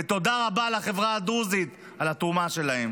ותודה רבה לחברה הדרוזית על התרומה שלהם.